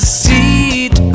seat